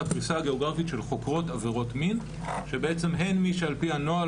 הפריסה הגיאוגרפית של חוקרות עבירות מין שהן מי שעל פי הנוהל